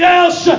else